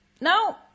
now